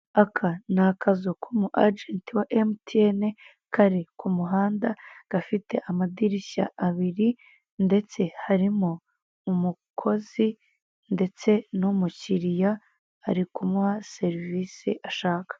Aka ni akazu k'umuajenti wa emutiyene kari kumuhanda, gafite amadirishya abiri ndetse harimo umukozi ndetse n'umukiriya ari kumuha serivise ashaka.